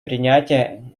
принятие